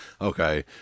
okay